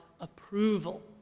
approval